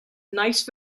nice